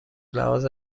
لحاظ